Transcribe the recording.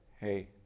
Hey